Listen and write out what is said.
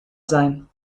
sein